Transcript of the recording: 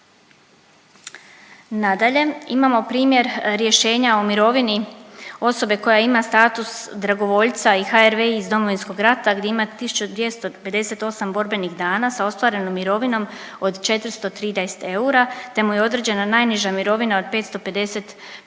Nadalje, imamo primjer rješenja o mirovini osobe koja ima status dragovoljca i HRVI iz Domovinskog rata gdje imamo 1.258 borbenih dana sa ostvarenom mirovinom od 413 eura te mu je određena najniža mirovina od 555,30